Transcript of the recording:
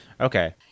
Okay